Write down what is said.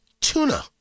tuna